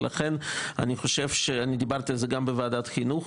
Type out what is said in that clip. אני דיברתי על זה גם בוועדת החינוך,